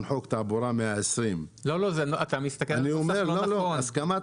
חוק תעבורה 120 --- אתה מסתכל לא נכון.